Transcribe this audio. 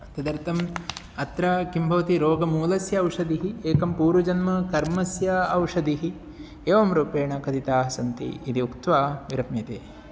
तदर्थम् अत्र किं भवति रोगमूलस्य ओषधिः एकं पूर्वजन्मकर्मस्य ओषधयः एवं रूपेण कथिताः सन्ति इति उक्त्वा विरम्यते